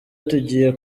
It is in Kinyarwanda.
tugiye